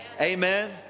Amen